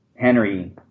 Henry